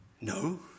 No